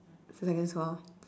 to secondary four